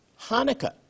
Hanukkah